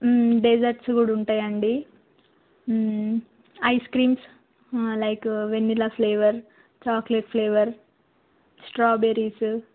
desserts కూడా ఉంటాయండి ice creams like vanilla flavour chocolate flavour strawberries